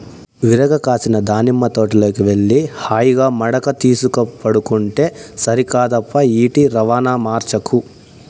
విరగ కాసిన దానిమ్మ తోటలోకి వెళ్లి హాయిగా మడక తీసుక పండుకుంటే సరికాదప్పా ఈటి రవాణా మార్చకు